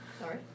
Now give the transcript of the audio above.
Sorry